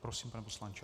Prosím, pane poslanče.